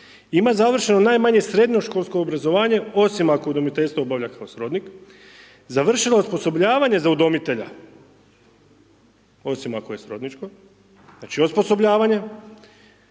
ima završeno najmanje srednjoškolsko obrazovanje, osim ako udomiteljstvo obavlja kao srodnik, završeno osposobljavanje za udomitelja, osim ako je srodničko, znači, osposobljavanje,